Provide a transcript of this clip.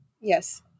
Yes